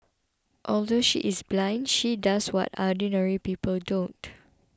although she is blind she does what ordinary people don't